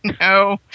no